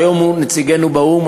שהיום הוא נציגנו באו"ם,